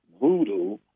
voodoo